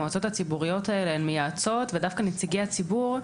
המועצות הציבוריות האלה הן מייעצות ודווקא נציגי הציבור,